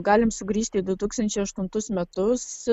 galim sugrįžti į du tūkstančiai aštuntus metus